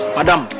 Madam